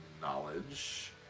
knowledge